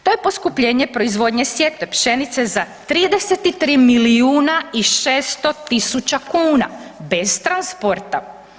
To je poskupljenje proizvodnje sjetve pšenice za 33 milijuna i 600 tisuća kuna bez transporta.